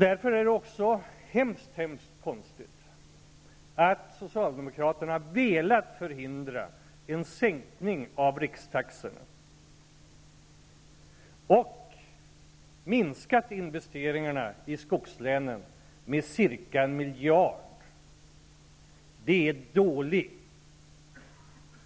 Därför är det också hemskt konstigt att socialdemokraterna velat förhindra en sänkning av rikstaxorna och minskat investeringarna i skogslänen med ca 1 miljard. Det är dålig